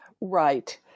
right